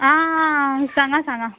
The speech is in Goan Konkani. आं हा सांगा सांगा